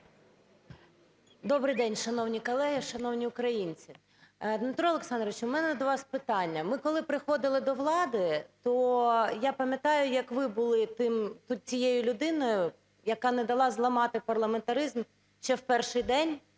Добрий день, шановні колеги, шановні українці! Дмитро Олександрович, у мене до вас питання. Ми коли приходили до влади, то я пам'ятаю, як ви були тією людиною, яка не дала зламати парламентаризм ще в перший день